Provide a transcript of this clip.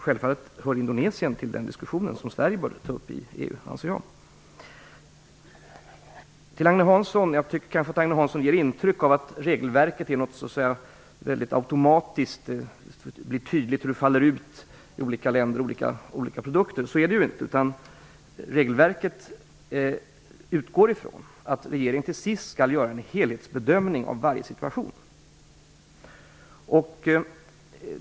Självfallet hör Indonesien till den diskussion som Sverige borde ta upp i EU, anser jag. Jag tycker att Agne Hansson ger intryck av att regelverket är någonting automatiskt och visar tydligt hur det faller ut i olika länder och för olika produkter. Så är det ju inte, utan regelverket utgår ifrån att regeringen till sist skall göra en helhetsbedömning av varje situation.